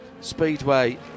speedway